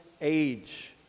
age